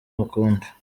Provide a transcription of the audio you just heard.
mukunda